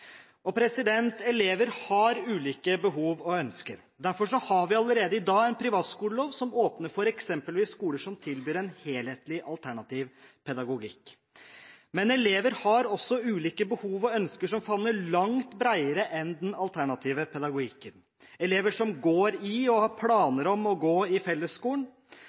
Elever har ulike behov og ønsker. Derfor har vi allerede i dag en privatskolelov som åpner for eksempelvis skoler som tilbyr en helhetlig, alternativ pedagogikk. Men elever har også ulike behov og ønsker som favner langt bredere enn den alternative pedagogikken, elever som går i og har planer om å gå i fellesskolen.